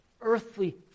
earthly